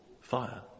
fire